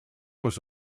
was